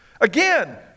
again